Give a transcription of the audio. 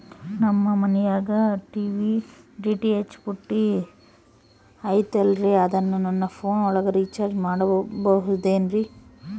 ನಮ್ಮ ಮನಿಯಾಗಿನ TV DTH ಪುಟ್ಟಿ ಐತಲ್ರೇ ಅದನ್ನ ನನ್ನ ಪೋನ್ ಒಳಗ ರೇಚಾರ್ಜ ಮಾಡಸಿಬಹುದೇನ್ರಿ?